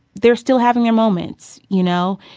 they're still having their moments, you know.